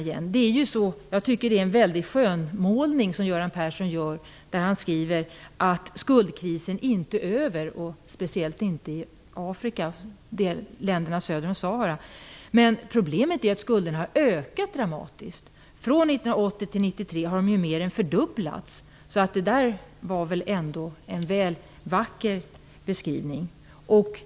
Jag tycker att det är en väldig skönmålning som Göran Persson gör när han skriver att skuldkrisen inte är över, och speciellt inte i Afrika och länderna söder om Sahara. Problemet är att skulderna har ökat dramatiskt. Från 1980 till 1993 har de mer än fördubblats. Det där var väl ändå en väl vacker beskrivning.